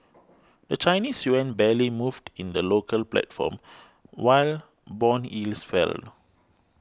the Chinese yuan barely moved in the local platform while bond yields fell